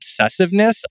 obsessiveness